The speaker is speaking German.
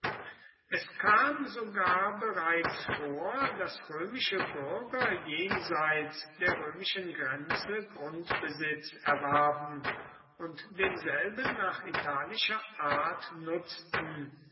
es kam sogar bereits vor daß römische bürger jenseits der römischen grenze grundbesitz erwarben und denselben nach italischer art nutzten